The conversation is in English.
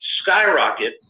skyrocket